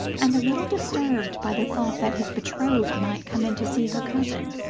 and a little disturbed by the thought that his betrothed might come in to see her cousin.